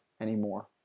anymore